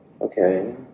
okay